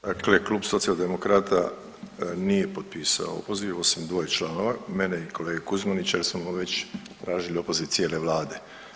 Dakle, klub Socijaldemokrata nije potpisao opoziv osim dvoje članove, mene i kolege Kuzmanića jel smo već tražili opoziv cijele vlade.